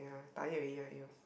I tired already right you